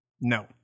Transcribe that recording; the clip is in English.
No